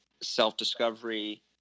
self-discovery